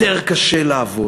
יותר קשה לעבוד.